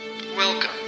Welcome